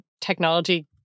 technology